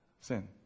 Sin